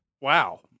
Wow